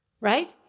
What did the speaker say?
right